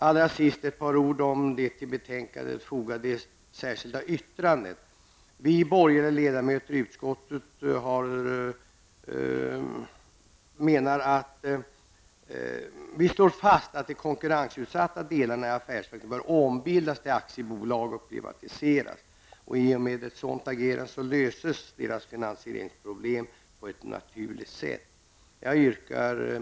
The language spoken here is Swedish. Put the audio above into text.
Allra sist ett par ord om det till betänkandet fogade särskilda yttrandet. Vi borgerliga ledamöter i utskottet står fast vid att de konkurrensutsatta delarna i affärsverken bör ombildas till aktiebolag och privatiseras. I och med ett sådant agerande löses deras finansieringsproblem på ett naturligt sätt. Herr talman!